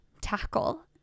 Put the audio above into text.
tackle